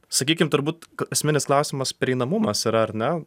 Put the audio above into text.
sakykim turbūt esminis klausimas prieinamumas yra ar ne